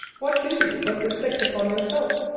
what do you but reflect upon yourself,